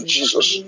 Jesus